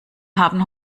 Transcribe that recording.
haben